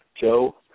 Joe